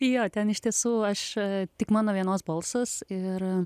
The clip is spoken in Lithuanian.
jo ten iš tiesų aš tik mano vienos balsas ir